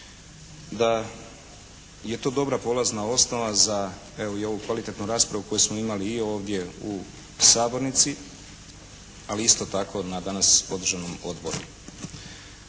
da je to dobra polazna osnova za evo i ovu kvalitetnu raspravu koju smo imali i ovdje u sabornici, ali isto tako danas održanom odboru.